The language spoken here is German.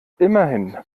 immerhin